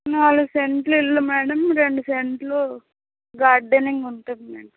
నాలుగు సెంట్లు ఇల్లు మేడం రెండు సెంట్లు గార్డెనింగ్ ఉంటుంది మేడం